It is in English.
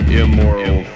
immoral